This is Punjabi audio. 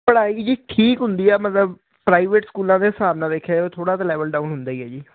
ਪੜਹਾਈ ਜੀ ਠੀਕ ਹੁੰਦੀ ਆ ਮਤਲਬ ਪ੍ਰਾਈਵੇਟ ਸਕੂਲਾਂ ਦੇ ਹਿਸਾਬ ਨਾਲ ਦੇਖਿਆ ਥੋੜਾ ਤਾ ਲੈਵਲ ਡਾਊਨ ਹੁੰਦਾ ਹੀ ਹੈ ਜੀ